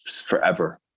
forever